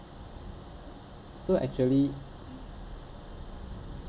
so actually